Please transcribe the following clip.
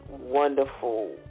wonderful